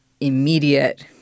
immediate